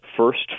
first